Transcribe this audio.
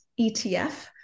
ETF